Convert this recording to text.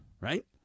right